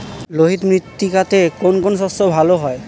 লোহিত মৃত্তিকাতে কোন কোন শস্য ভালো হয়?